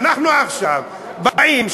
אנחנו עכשיו באים,